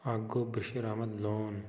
اکھ گوٚو بشیٖر احمد لون